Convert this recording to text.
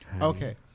Okay